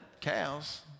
cows